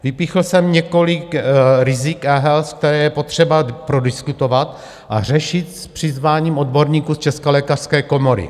Vypíchl jsem několik rizik a , které je potřeba prodiskutovat a řešit s přizváním odborníků z České lékařské komory.